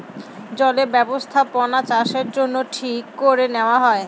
জলে বস্থাপনাচাষের জন্য ঠিক করে নেওয়া হয়